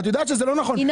את יודעת שזה לא נכון.